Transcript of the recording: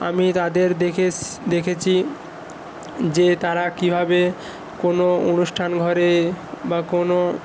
আমি তাদের দেখেস্ দেখেছি যে তারা কীভাবে কোনো অনুষ্ঠান ঘরে বা কোনো